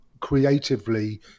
creatively